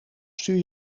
stuur